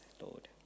Lord